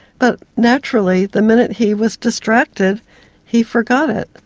but naturally the minute he was distracted he forgot it.